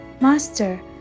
Master